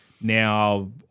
Now